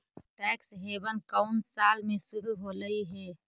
Tax haven कउन साल में शुरू होलई हे?